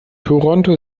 toronto